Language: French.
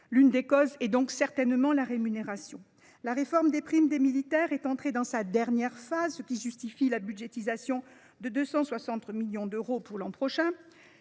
L’une des causes de la situation est certainement la rémunération. La réforme des primes des militaires est entrée dans sa dernière phase, ce qui justifie la budgétisation de 263 millions d’euros pour l’an prochain.